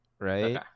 right